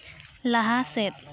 ᱞᱟᱦᱟ ᱥᱮᱫ